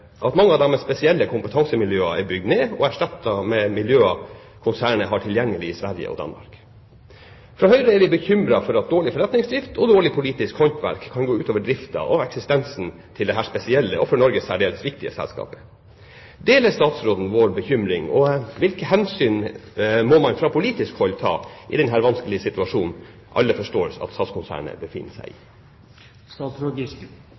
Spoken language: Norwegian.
mange av de spesielle kompetansemiljøene er bygd ned og erstattet med miljøer konsernet har tilgjengelig i Sverige og Danmark. I Høyre er vi bekymret for at dårlig forretningsdrift og dårlig politisk håndverk kan gå ut over driften og eksistensen til dette spesielle og for Norge særdeles viktige selskapet. Deler statsråden vår bekymring? Hvilke hensyn må man fra politisk hold ta i denne vanskelige situasjonen som alle forstår at SAS-konsernet befinner seg